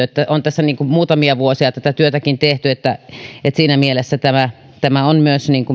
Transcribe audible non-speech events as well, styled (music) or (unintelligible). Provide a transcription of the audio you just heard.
(unintelligible) että on tässä muutamia vuosia tätä työtäkin tehty ja siinä mielessä tämä tämä on myös